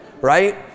right